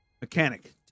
Mechanic